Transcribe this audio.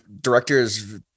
directors